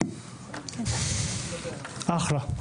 אחלה,